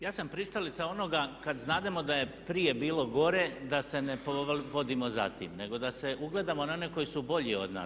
Ja sam pristalica onoga kad znademo da je prije bilo gore, da se ne povodimo za tim nego da se ugledamo na one koji su bolji od nas.